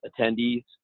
attendees